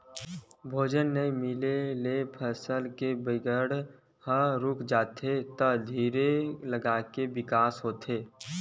भोजन नइ मिले ले फसल के बाड़गे ह रूक जाथे त धीर लगाके बिकसित होथे